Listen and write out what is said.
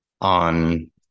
on